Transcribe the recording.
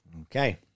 Okay